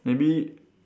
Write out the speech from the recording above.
maybe